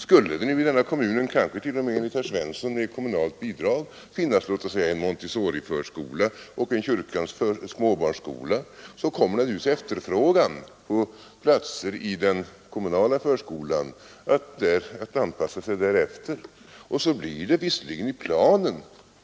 Skulle det i någon kommun kanske t.o.m., enligt herr Svensson i Kungälv, med kommunalt bidrag finnas låt oss säga en Montessoriförskola och en kyrkans småbarnsskola, kommer naturligtvis efterfrågan på platser i den kommunala förskolan att anpassa sig därefter. Då blir det visserligen i planen